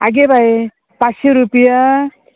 आगे बाय पांचशी रुपया